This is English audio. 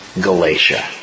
Galatia